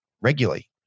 regularly